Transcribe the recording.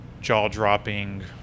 jaw-dropping